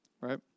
Right